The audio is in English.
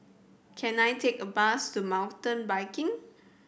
can I take a bus to Mountain Biking